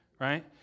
right